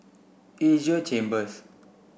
Asia Chambers